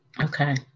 Okay